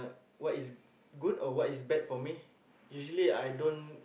what is good or what is bad for me usually I don't